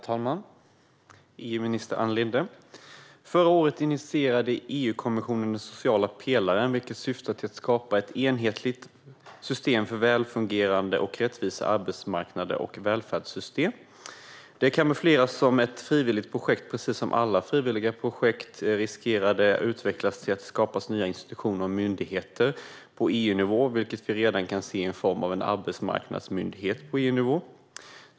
Herr talman och EU-minister Ann Linde! Förra året initierade EU-kommissionen den sociala pelaren, vilket syftade till att skapa ett enhetligt system för välfungerande och rättvisa arbetsmarknader och välfärdssystem. Detta kamoufleras som ett frivilligt projekt, och precis som alla frivilliga projekt riskerar det att utvecklas så att det skapas nya institutioner och myndigheter på EU-nivå. Vi kan redan se detta i form av en arbetsmarknadsmyndighet på EU-nivå.